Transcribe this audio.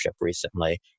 recently